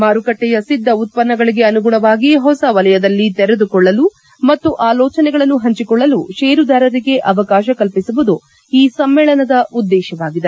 ಮಾರುಕಟ್ಟೆಯ ಸಿದ್ದ ಉತ್ತನ್ನಗಳಿಗೆ ಅನುಗುಣವಾಗಿ ಹೊಸ ವಲಯದಲ್ಲಿ ತೆರೆದುಕೊಳ್ಳಲು ಮತ್ತು ಆಲೋಚನೆಗಳನ್ನು ಹಂಚಿಕೊಳ್ಳಲು ಷೇರುದಾರರಿಗೆ ಅವಕಾಶ ಕಲ್ಪಿಸುವುದು ಈ ಸಮ್ಮೇಳನದ ಉದ್ದೇಶವಾಗಿದೆ